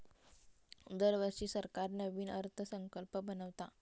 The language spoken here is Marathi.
दरवर्षी सरकार नवीन अर्थसंकल्प बनवता